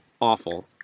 awful